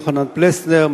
יוחנן פלסנר,